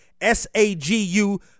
SAGU